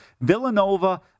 Villanova